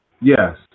Yes